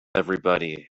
everybody